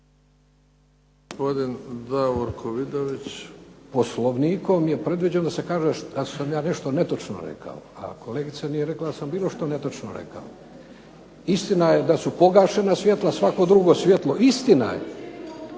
Davorko (SDP)** Poslovnikom je predviđeno da se kaže da sam ja netočno rekao, a kolegica nije rekla da sam bilo što netočno rekao. Istina je da su pogašena svjetlo, svako drugo svjetlo… … /Upadica